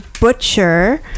Butcher